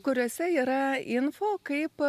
kuriose yra info kaip